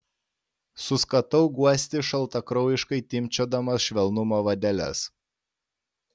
suskatau guosti šaltakraujiškai timpčiodamas švelnumo vadeles